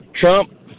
Trump